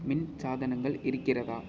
மின் சாதனங்கள் இருக்கிறதா